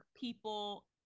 people